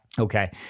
Okay